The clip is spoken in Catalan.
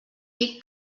dic